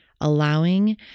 allowing